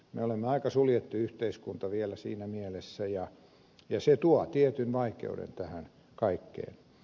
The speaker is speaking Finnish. me olemme aika suljettu yhteiskunta vielä siinä mielessä ja se tuo tietyn vaikeuden tähän kaikkeen